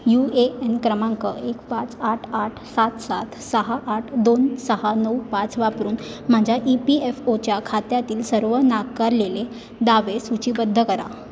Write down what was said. you A N क्रमांक एक पाच आठ आठ सात सात सहा आठ दोन सहा नऊ पाच वापरून माझ्या ई पी एफ ओच्या खात्यातील सर्व नाकारलेले दावे सूचीबद्ध करा